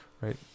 right